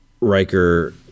Riker